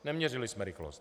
Neměřili jsme rychlost.